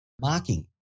Marking